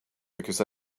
because